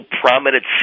prominent